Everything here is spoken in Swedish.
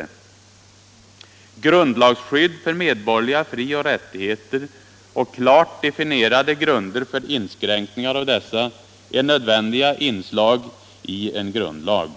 Nr 149 Grundlagsskydd för medborgerliga frioch rättigheter och klart de Fredagen den finierade grunder för inskränkningar av dessa är nödvändiga inslag i en 4 juni 1976 grundlag.